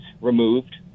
removed